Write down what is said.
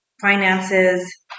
finances